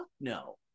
no